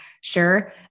sure